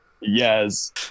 Yes